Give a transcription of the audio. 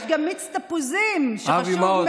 יש גם מיץ תפוזים, שחשוב מאוד.